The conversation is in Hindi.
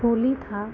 होली था